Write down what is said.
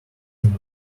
than